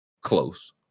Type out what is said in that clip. close